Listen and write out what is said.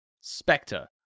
Spectre